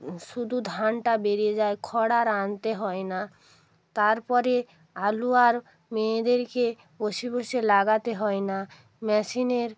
শুধু ধানটা বেরিয়ে যায় খড় আর আনতে হয় না তারপরে আলু আর মেয়েদেরকে বসে বসে লাগাতে হয় না মেশিনের